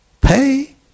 pay